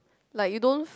like you don't